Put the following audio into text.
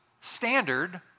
standard